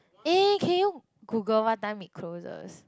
eh can you Google what time it closes